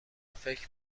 فکر